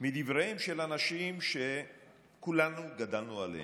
מדבריהם של אנשים שכולנו גדלנו עליהם,